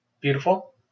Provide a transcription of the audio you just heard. Beautiful